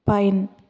pine